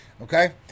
Okay